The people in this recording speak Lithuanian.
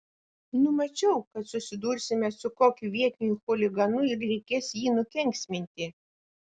numačiau kad susidursime su kokiu vietiniu chuliganu ir reikės jį nukenksminti